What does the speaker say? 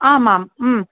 आम् आम्